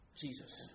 Jesus